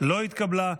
לא התקבלה.